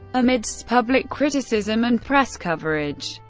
amidst public criticism and press coverage,